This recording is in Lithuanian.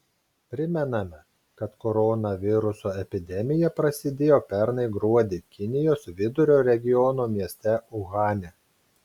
primename kad koronaviruso epidemija prasidėjo pernai gruodį kinijos vidurio regiono mieste uhane